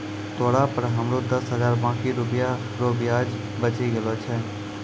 तोरा पर हमरो दस हजार बाकी रुपिया रो ब्याज बचि गेलो छय